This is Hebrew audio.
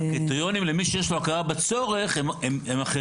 קריטריונים למי שיש לו הכרה בצורך הם אחרים,